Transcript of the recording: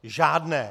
Žádné!